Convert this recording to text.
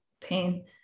pain